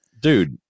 dude